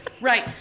right